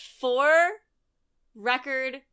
four-record